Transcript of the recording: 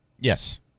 Yes